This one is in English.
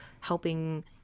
helping